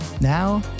Now